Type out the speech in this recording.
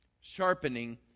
Sharpening